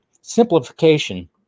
Simplification